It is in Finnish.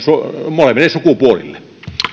molemmille sukupuolille